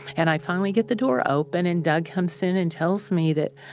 and i finally get the door open and doug comes in and tells me that,